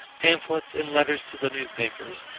pamphlets, and letters to the newspapers,